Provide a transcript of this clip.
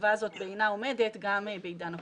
החובה הזו בעינה עומדת גם בעידן הקורונה,